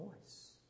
voice